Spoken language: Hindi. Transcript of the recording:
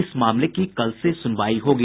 इस मामले की कल से सुनवाई होगी